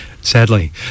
sadly